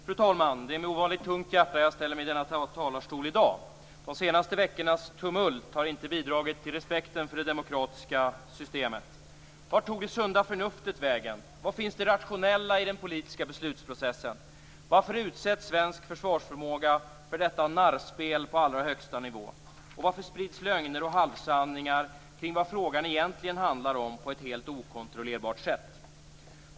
Fru talman! Det är med ovanligt tungt hjärta jag ställer mig i denna talarstol i dag. De senaste veckornas tumult har inte bidragit till respekten för det demokratiska systemet. Vart tog det sunda förnuftet vägen? Var finns det rationella i den politiska beslutsprocessen? Varför utsätts svensk försvarsförmåga för detta narrspel på allra högsta nivå? Och varför sprids lögner och halvsanningar kring vad frågan egentligen handlar om på ett helt okontrollerbart sätt?